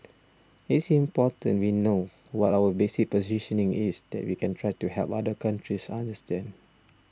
it's important we know what our basic positioning is then we can try to help other countries understand